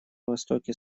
востоке